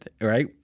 right